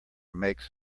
makes